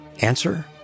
Answer